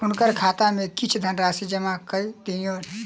हुनकर खाता में किछ धनराशि जमा कय दियौन